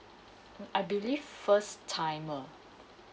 I believe first timer